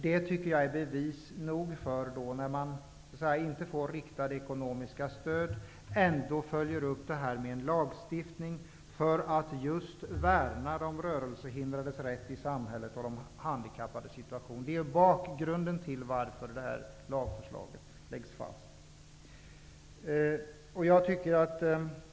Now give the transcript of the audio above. Jag tycker att det är bevis nog för att man, när riktade ekonomiska stöd inte skall ges, ändå vill införa en lagstiftning för att värna de rörelsehindrades och handikappades rätt i samhället. Det är bakgrunden till att det här lagförslaget läggs fast.